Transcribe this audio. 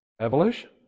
Evolution